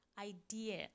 idea